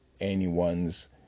anyone's